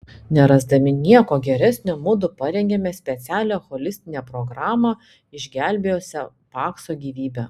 nerasdami nieko geresnio mudu parengėme specialią holistinę programą išgelbėjusią pakso gyvybę